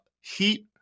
Heat